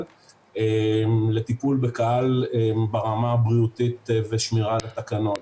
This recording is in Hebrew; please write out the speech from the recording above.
לטיפול בקהל ברמה הבריאותית ושמירה על התקנות.